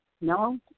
no